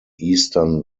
eastern